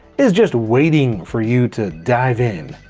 is just waiting for you to dive in.